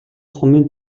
сумын